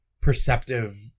perceptive